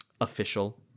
official